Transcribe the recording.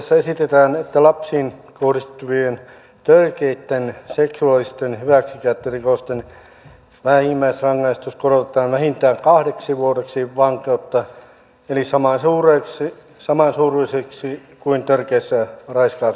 lakialoitteessa esitetään että lapsiin kohdistuvien törkeitten seksuaalisten hyväksikäyttörikosten vähimmäisrangaistus korotetaan vähintään kahdeksi vuodeksi vankeutta eli samansuuruiseksi kuin törkeissä raiskausrikoksissa